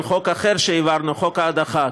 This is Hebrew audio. על חוק אחר שהעברנו: חוק ההדחה.